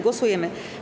Głosujemy.